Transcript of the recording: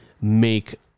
make